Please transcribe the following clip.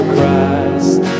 Christ